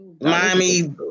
Miami